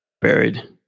buried